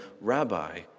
Rabbi